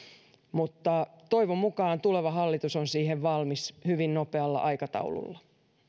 toivon mukaan tuleva hallitus on siihen valmis hyvin nopealla aikataululla